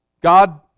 God